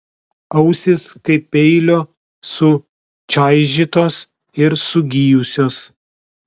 ausys kaip peilio sučaižytos ir sugijusios